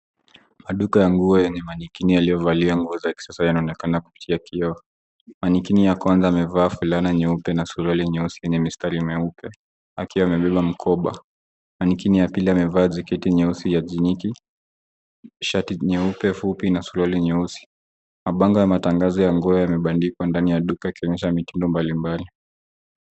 Maduka ya nguo yenye mannequin yaliyovalia nguo za kisasa yanaonekana kupitia kioo. Mannequin ya kwanza amevaa fulana nyeupe na suruali nyeusi yenye mistari mieupe akiwa amebeba mkoba. Mannequin ya pili amevaa jaketi nyeusi ya jeans shati nyeupe fupi na suruali nyeusi. Mabango ya matangazo ya nguo yamebandikwa ndani ya duka yakionyesha mitindo mbalimbali.